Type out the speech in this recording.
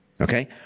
Okay